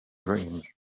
dreams